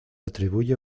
atribuye